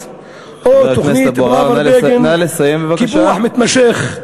או תוכנית פראוור-בגין בנגב וקיפוח מתמשך?